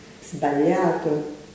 sbagliato